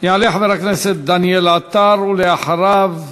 יעלה חבר הכנסת דניאל עטר, ואחריו,